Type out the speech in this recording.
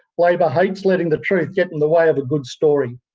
labor hates letting the truth get in the way of a good story.